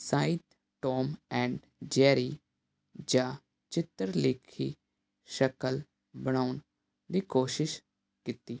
ਸਾਹਿਤ Tom and Jerry ਜਾਂ ਚਿੱਤਰਲੇਖੀ ਸ਼ਕਲ ਬਣਾਉਣ ਦੀ ਕੋਸ਼ਿਸ਼ ਕੀਤੀ